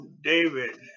David